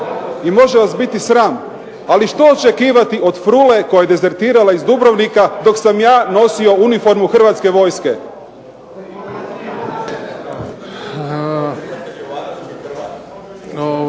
i može vas biti sram. Ali što očekivati od frule koja je dezertirala iz Dubrovnika dok sam ja nosio uniformu Hrvatske vojske. **Bebić, Luka